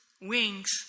wings